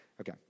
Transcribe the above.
Okay